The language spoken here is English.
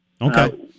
Okay